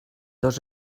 dos